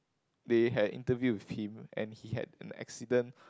they had interview with him and he had an accident